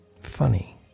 funny